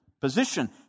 position